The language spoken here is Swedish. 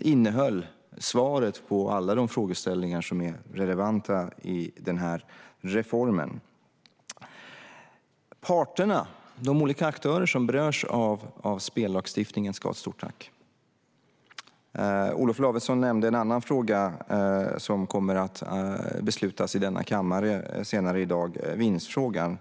innehöll svar på alla de frågeställningar som är relevanta i den här reformen. Parterna, de olika aktörer som berörs av spellagstiftningen, ska ha ett stort tack. Olof Lavesson nämnde en annan fråga som kommer att beslutas i denna kammare senare i dag, nämligen vinstfrågan.